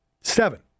Seven